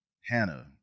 hannah